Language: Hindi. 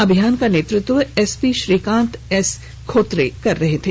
अभियान का नेतृत्व एसपी श्रीकांत एस खोत्रे कर रहे थे